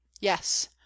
yes